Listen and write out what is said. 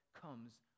comes